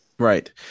Right